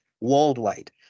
worldwide